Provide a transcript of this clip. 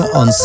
on